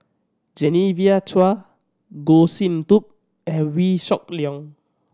Genevieve Chua Goh Sin Tub and Wee Shoo Leong